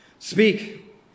Speak